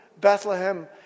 Bethlehem